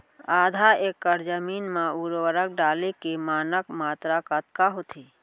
आधा एकड़ जमीन मा उर्वरक डाले के मानक मात्रा कतका होथे?